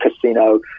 casino